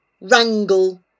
Wrangle